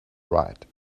right